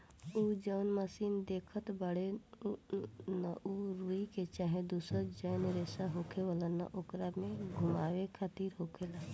उ जौन मशीन देखत बाड़े न उ रुई के चाहे दुसर जौन रेसा होखेला न ओकरे के घुमावे खातिर होखेला